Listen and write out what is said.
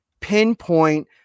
pinpoint